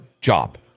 job